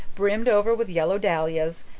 brimmed over with yellow dahlias,